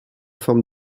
formes